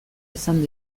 izan